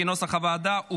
כנוסח הוועדה,